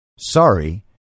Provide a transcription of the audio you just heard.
Sorry